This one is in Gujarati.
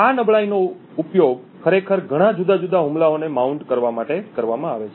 આ નબળાઈનો ઉપયોગ ખરેખર ઘણા જુદા જુદા હુમલાઓને માઉન્ટ કરવા માટે કરવામાં આવે છે